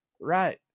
right